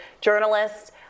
journalists